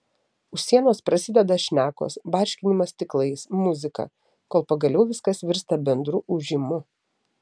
už sienos prasideda šnekos barškinimas stiklais muzika kol pagaliau viskas virsta bendru ūžimu